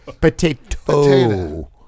Potato